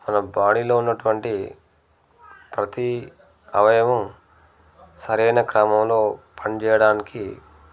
మన బాడీలో ఉన్నటువంటి ప్రతీ అవయవం సరైన క్రమంలో పని చేయడానికి